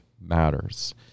matters